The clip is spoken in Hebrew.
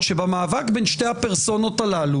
ובמאבק בין שתיהן,